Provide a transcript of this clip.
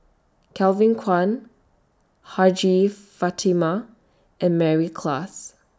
Kevin Kwan Hajjah Fatimah and Mary Klass